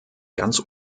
ganz